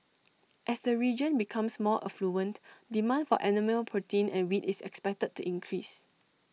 as the region becomes more affluent demand for animal protein and wheat is expected to increase